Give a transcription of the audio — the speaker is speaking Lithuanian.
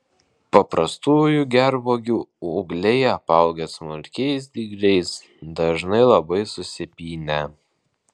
paprastųjų gervuogių ūgliai apaugę smulkiais dygliais dažnai labai susipynę